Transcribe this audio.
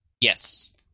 Yes